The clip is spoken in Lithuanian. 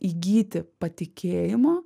įgyti patikėjimo